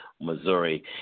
Missouri